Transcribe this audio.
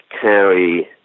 carry